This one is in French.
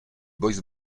boys